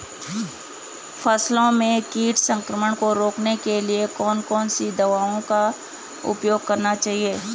फसलों में कीट संक्रमण को रोकने के लिए कौन कौन सी दवाओं का उपयोग करना चाहिए?